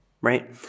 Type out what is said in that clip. right